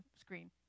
screen